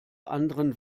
anderen